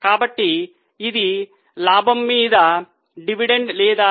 కాబట్టి ఇది లాభం మీద డివిడెండ్ లేదా e p s పై d p s